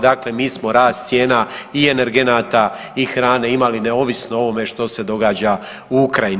Dakle, mi smo rast cijena i energenata i hrane imali neovisno o ovome što se događa u Ukrajini.